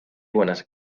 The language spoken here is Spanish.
buenas